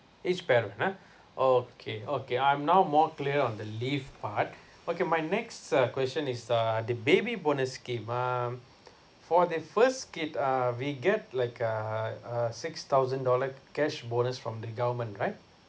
each parent ah okay okay I'm now more clear on the leave part okay my next uh question is the the baby bonus scheme um for the first kid uh we get like a a six thousand dollar cash bonus from the government right